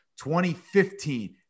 2015